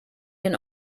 den